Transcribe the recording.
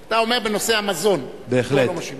אתה אומר, בנושא המזון לא משווים.